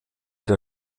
der